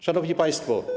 Szanowni Państwo!